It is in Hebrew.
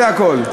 זה הכול.